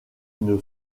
une